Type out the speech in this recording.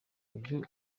uyu